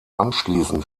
anschließend